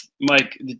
Mike